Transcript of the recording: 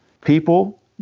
people